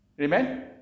Amen